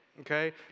okay